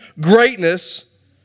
greatness